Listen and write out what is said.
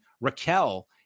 Raquel